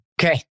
Okay